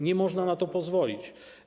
Nie można na to pozwolić.